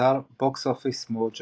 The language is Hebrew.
באתר Box Office Mojo